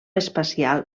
espacial